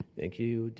thank you,